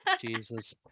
Jesus